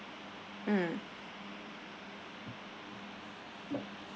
mm